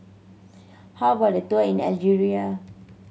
how about a tour in Algeria